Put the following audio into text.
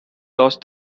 lost